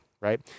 right